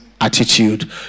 attitude